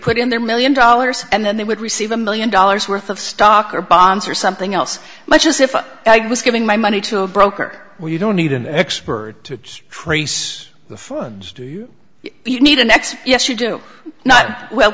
put in their million dollars and then they would receive a million dollars worth of stock or bonds or something else much as if i was giving my money to a broker where you don't need an expert to trace the forbes do you need an x yes you do not well